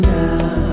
now